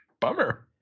bummer